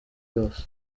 yose